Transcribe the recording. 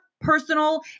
personal